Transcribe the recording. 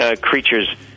creatures